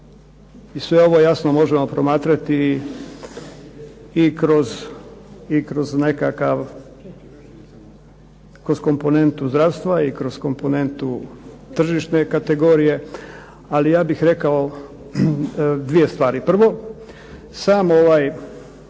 i sve ovo možemo promatrati i kroz komponentu zdravstva i kroz komponentu tržišne kategorije ali ja bih rekao dvije stvari. Prvo, sam ovaj